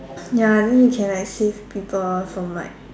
ya then he can like save people from like